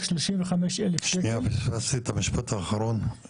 35 אלף שקל --- פספסתי את המשפט הקודם.